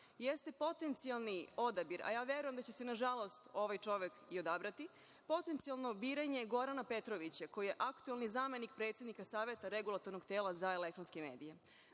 jeste potencijalni odabir, a ja verujem da će se, nažalost, ovaj čovek i odabrati, potencijalno biranje Gorana Petrovića, koji je aktuelni zamenik predsednika Saveta Regulatornog tela za elektronske medije. Zbog